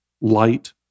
light